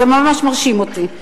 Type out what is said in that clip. זה ממש מרשים אותי.